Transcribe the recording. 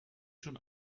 schon